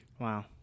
Wow